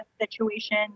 situation